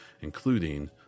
including